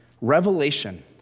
Revelation